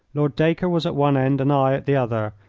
lord dacre was at one end and i at the other,